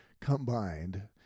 combined